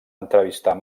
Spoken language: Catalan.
entrevistar